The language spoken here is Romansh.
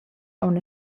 aunc